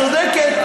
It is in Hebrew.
צודקת.